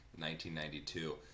1992